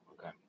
Okay